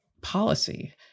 policy